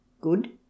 Good